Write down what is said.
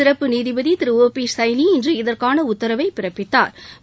சிறப்பு நீதிபதி Thiru O P Saini இன்று இதற்னான உத்தரவை பிறப்பித்தாா்